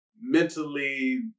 mentally